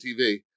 TV